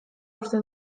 uste